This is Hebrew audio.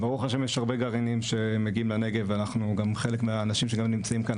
ברוך ה' יש הרבה גרעינים שמגיעים וגם חלק מהאנשים שלנו נמצאים כאן,